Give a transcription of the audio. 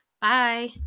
Bye